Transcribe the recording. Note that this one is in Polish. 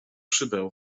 szybę